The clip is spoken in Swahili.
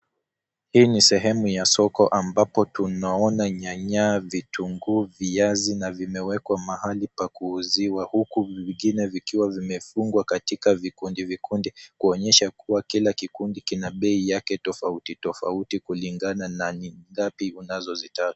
Hii ni sehemu ya soko ambapo tunaona nyanya, vitunguu, viazi na vimewekwa mahali pa kuuzia huku vingine vikiwa katika vikundi vikundi kuonyesha kuwa kila kikundi Kiko na bei tofauti kulingana na ni ngapi unazozitaka.